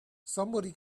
somebody